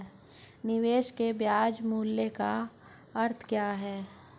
निवेश के ब्याज मूल्य का अर्थ क्या है?